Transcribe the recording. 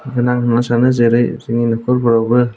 होननानै सानो जेरै जोंनि न'खरफोरावबो